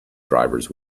drivers